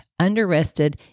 underrested